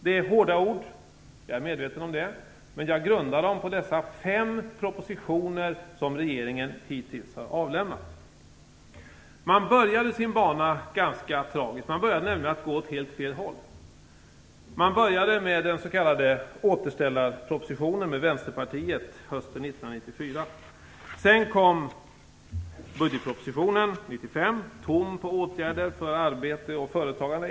Det är hårda ord, jag är medveten om det. Men jag grundar dem på de fem propositioner som regeringen hittills har avlämnat. Man började ganska tragiskt. Man började nämligen med att gå åt helt fel håll. Man började med den s.k. återställarpropositionen med Vänsterpartiet hösten 1994. Sedan kom budgetpropositionen 1995. Den var tom på åtgärder för arbete och företagande.